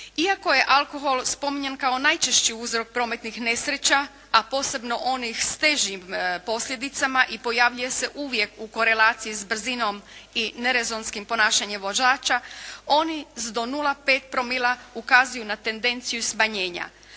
Iako je alkohol spominjan kao najčešći uzrok prometnih nesreća, a posebno onih s težim posljedicama i pojavljuje se uvijek u korelaciji s brzinom i nerezonskim ponašanjem vozača, oni s do 0,5 promila ukazuju na tendenciju smanjenja.